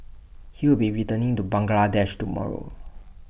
he will be returning to Bangladesh tomorrow